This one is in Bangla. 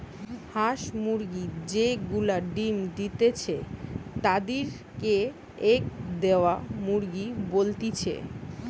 হাঁস মুরগি যে গুলা ডিম্ দিতেছে তাদির কে এগ দেওয়া মুরগি বলতিছে